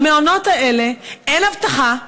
במעונות האלה אין אבטחה,